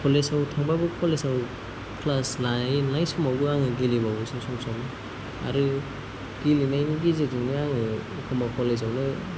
कलेजाव थांबाबो कलेजाव क्लास लानो मानाय समावबो गेलेबावोसो आङो सम सम आरो गेलेनायावबो बिजिजोंनो आङो एखम्बा कलेजावनो